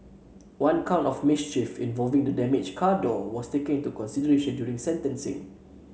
one count of mischief involving the damaged car door was taken into consideration during sentencing